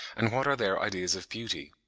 and what are their ideas of beauty.